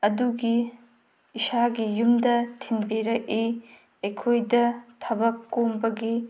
ꯑꯗꯨꯒꯤ ꯏꯁꯥꯒꯤ ꯌꯨꯝꯗ ꯊꯤꯟꯕꯤꯔꯛꯏ ꯑꯩꯈꯣꯏꯗ ꯊꯕꯛ ꯀꯣꯝꯕꯒꯤ